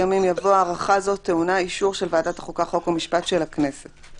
יבוא: "לאחר אישורה בוועדת החוקה חוק ומשפט של הכנסת ופרסומה ברשומות".